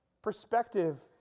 Perspective